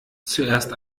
zuerst